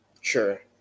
Sure